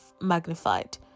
magnified